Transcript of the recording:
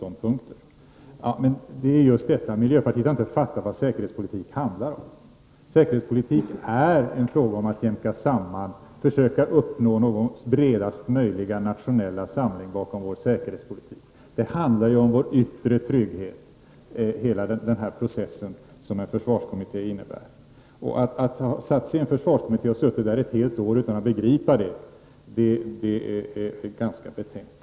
Men det är ju just detta det handlar om! Miljöpartiet har inte förstått vad säkerhetspolitik handlar om. Säkerhetspolitik är en fråga om att jämka samman och försöka uppnå bredast möjliga nationella samling bakom vår säkerhetspolitik. Hela den process som en försvarkommitté innebär handlar ju om vår yttre trygghet. Att ha suttit i en försvarkommitté ett år helt utan att begripa det är ganska betänkligt.